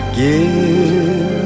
give